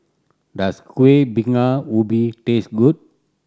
does Kueh Bingka Ubi taste good